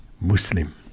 Muslim